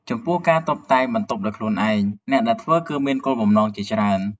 ចំពោះ ការតុបតែងបន្ទប់ដោយខ្លួនឯង អ្នកដែលធ្វើគឺមានគោលបំណងជាច្រើន។